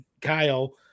Kyle